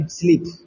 sleep